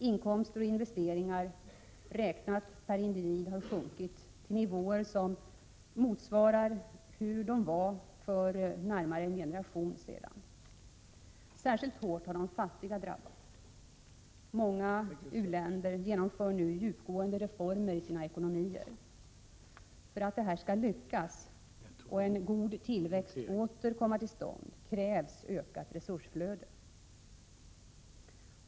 Inkomster och investeringar räknat per individ har sjunkit till nivåer som motsvarar vad som gällde för närmare en generation sedan. Särskilt hårt har de fattiga drabbats. Många u-länder genomför nu djupgående reformer i sina ekonomier. För att det här skall lyckas och för att en god tillväxt åter skall kunna komma till stånd krävs det ett ökat resursflöde.